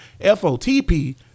FOTP